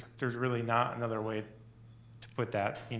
there's really not another way to put that.